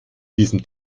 diesem